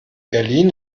berlin